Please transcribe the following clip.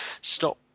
stop